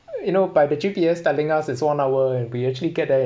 you know by the G_P_S telling us it's one hour and we actually get there